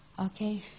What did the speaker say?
Okay